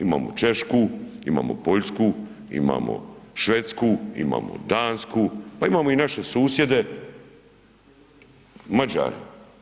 Imamo Češku, imamo Poljsku, imamo Švedsku, imamo Dansku, pa imamo i naše susjede Mađare.